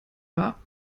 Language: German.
wahr